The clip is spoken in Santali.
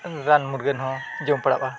ᱨᱟᱱ ᱢᱩᱨᱜᱟᱹᱱ ᱦᱚᱸ ᱡᱚᱯᱲᱟᱜᱼᱟ